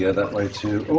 yeah that way too.